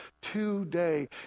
today